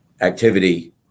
activity